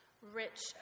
Rich